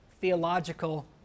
theological